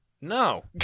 No